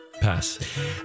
Pass